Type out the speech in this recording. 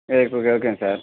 ஓகேங்க சார்